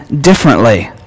differently